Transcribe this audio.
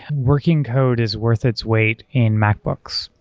working code is worth its weight in macbooks.